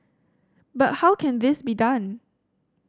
but how can this be done